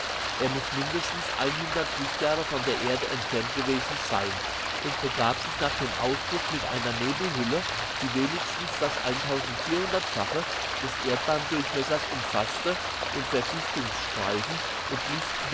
er muß mindestens lichtjahre von der erde entfernt gewesen sein und umgab sich nach dem ausbruch mit einer nebelhülle die wenigstens das fache des erdbahndurchmessers umfaßte und verdichtungsstreifen und